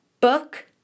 Book